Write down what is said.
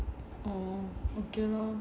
oh okay lor